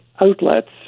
outlets